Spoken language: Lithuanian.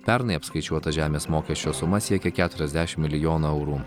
pernai apskaičiuota žemės mokesčio suma siekia keturiasdešimt milijonų eurų